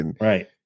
Right